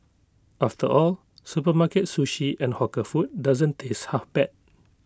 after all supermarket sushi and hawker food doesn't taste half bad